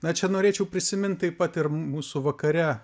na čia norėčiau prisimint taip pat ir mūsų vakare